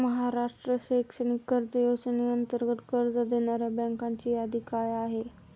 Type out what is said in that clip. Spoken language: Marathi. महाराष्ट्र शैक्षणिक कर्ज योजनेअंतर्गत कर्ज देणाऱ्या बँकांची यादी काय आहे?